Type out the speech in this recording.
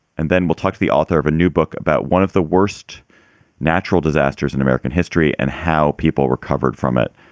and then we'll talk to the author of a new book about one of the worst natural disasters in american history and how people recovered from it.